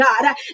God